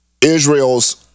Israel's